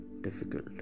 difficult